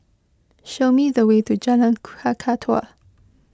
show me the way to Jalan Kakatua